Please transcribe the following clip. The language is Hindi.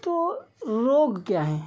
तो रोग क्या हैं